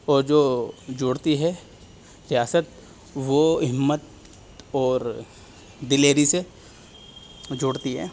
اور جو جوڑتی ہے ریاست وہ ہمت اور دلیری سے جوڑتی ہے